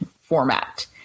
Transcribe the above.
format